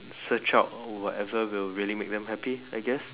search out whatever will really make them happy I guess